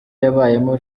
yabayemo